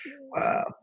Wow